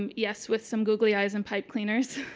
um yes, with some googly eyes and pipe cleaners,